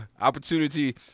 opportunity